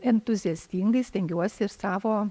entuziastingai stengiuosi ir savo